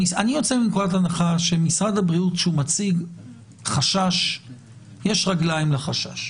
אני יוצא מנקודת הנחה שכשמשרד הבריאות מציג חשש יש רגליים לחשש.